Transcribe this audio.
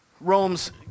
Rome's